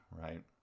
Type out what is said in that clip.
right